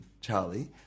Charlie